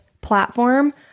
platform